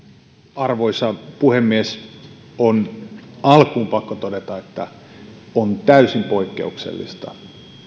arvoisa puhemies on alkuun pakko todeta että on täysin poikkeuksellista